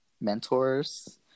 mentors